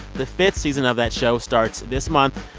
the fifth season of that show starts this month.